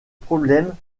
problèmes